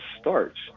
starts